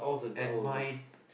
and my